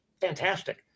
Fantastic